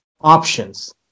options